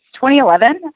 2011